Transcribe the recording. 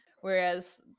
Whereas